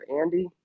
Andy